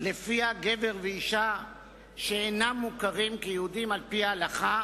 שלפיה גבר ואשה שאינם מוכרים כיהודים על-פי ההלכה,